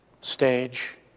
Stage